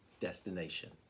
destination